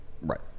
right